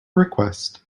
request